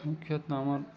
ମୁଖ୍ୟତଃ ଆମର